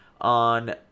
on